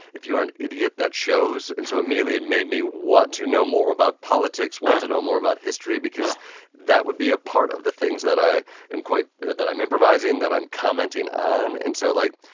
if you are an idiot, that shows. and so immediately, it made me want to know more about politics, want to know more about history because that would be a part of the things that i am quite yeah that i'm improvising, that i'm commenting on. and so, like,